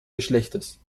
geschlechtes